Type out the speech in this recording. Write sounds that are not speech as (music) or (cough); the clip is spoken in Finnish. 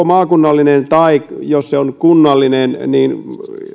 (unintelligible) maakunnallinen tai kunnallinen niin